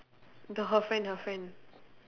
the her friend her friend